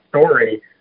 story